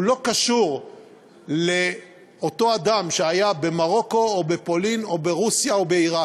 הוא לא קשור לאותו אדם שהיה במרוקו או בפולין או ברוסיה או בעיראק,